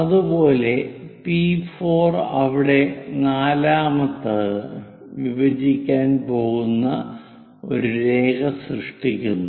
അതുപോലെ പി 4 അവിടെ നാലാമത്തേത് വിഭജിക്കാൻ പോകുന്ന ഒരു രേഖ സൃഷ്ടിക്കുന്നു